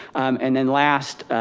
and then last,